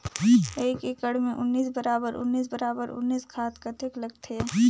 एक एकड़ मे उन्नीस बराबर उन्नीस बराबर उन्नीस खाद कतेक लगथे?